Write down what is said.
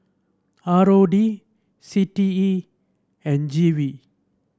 R O D C T E and G V